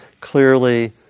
clearly